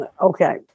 Okay